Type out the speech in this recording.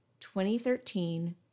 2013